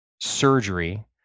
surgery